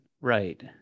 right